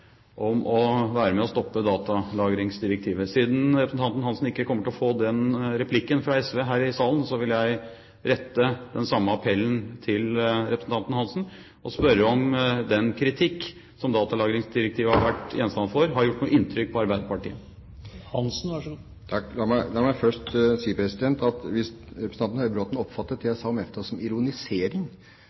om å være med og stoppe datalagringsdirektivet. Siden representanten Hansen ikke kommer til å få den replikken fra SV her i salen, vil jeg rette den samme appellen til representanten Hansen og spørre om den kritikk som datalagringsdirektivet har vært gjenstand for, har gjort noe inntrykk på Arbeiderpartiet. La meg først si at hvis representanten Høybråten oppfattet det jeg sa om EFTA, som ironisering,